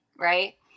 Right